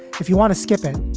if you want to skip it,